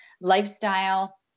lifestyle